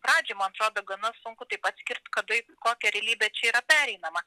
pradžioj man atrodo gana sunku taip atskirt kada į kokią realybę čia yra pereinama